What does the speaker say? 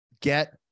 get